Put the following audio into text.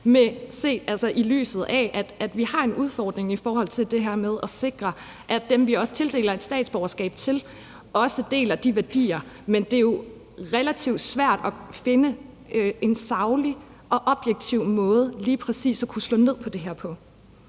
har. Set i lyset af det, har vi en udfordring med at sikre, at dem, vi tildeler et statsborgerskab, også deler de værdier. Men det er jo relativt svært at finde en faglig og objektiv måde til lige præcis at slå ned på det her på.